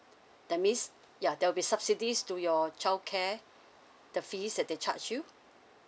that means ya there'll be subsidies to your childcare the fees that they charge you